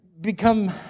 become